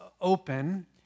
open